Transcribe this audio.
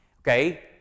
okay